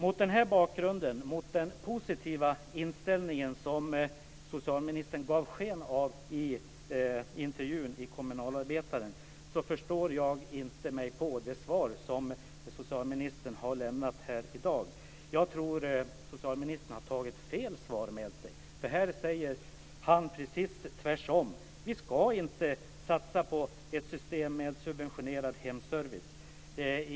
Mot den här bakgrunden, den positiva inställning som socialministern gav sken av i intervjun i Kommunalarbetaren, förstår jag mig inte på det svar som socialministern har lämnat här i dag. Jag tror att socialministern har tagit med sig fel svar. Här säger han precis tvärtom. Vi ska inte satsa på ett system med subventionerad hemservice.